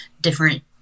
different